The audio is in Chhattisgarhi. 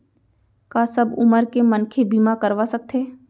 का सब उमर के मनखे बीमा करवा सकथे?